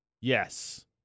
Yes